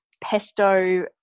pesto